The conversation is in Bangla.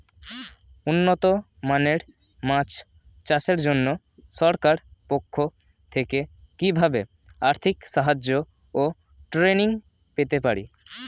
উন্নত মানের মাছ চাষের জন্য সরকার পক্ষ থেকে কিভাবে আর্থিক সাহায্য ও ট্রেনিং পেতে পারি?